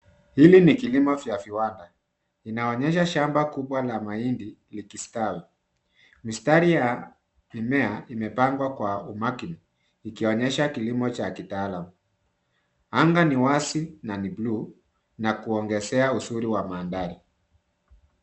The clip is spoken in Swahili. Hili ni kilimo vya viwanda. Vinaonyesha shamba kubwa la mahindi likistawi. Mistari ya mimea imepangwa kwa umakini ikionyesha kilimo cha kitaalam. Anga ni wazi na ni buluu na kuongezea uzuri wa mandhari.